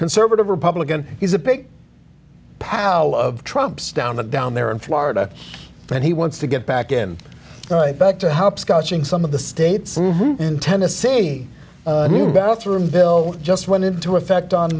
conservative republican he's a big powell of trumps down the down there in florida and he wants to get back in night back to help scotching some of the states in tennessee a new bathroom bill just went into effect on